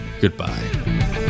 Goodbye